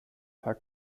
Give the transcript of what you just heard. paar